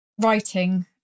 writing